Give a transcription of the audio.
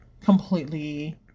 completely